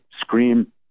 scream